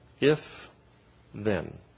If-then